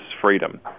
freedom